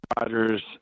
Rodgers